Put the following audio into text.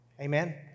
Amen